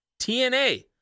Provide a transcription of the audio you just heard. TNA